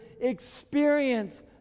experience